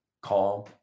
calm